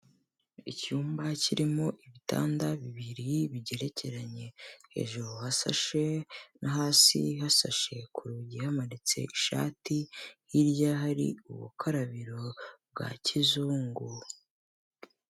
Icyumba kirimo ibitanda bibiri bigerekeranye, hejuru hasashe no hasi hasashe, ku rugi hamanitse ishati, hirya hari ubukarabiro bwa kizungu.